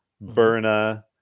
Berna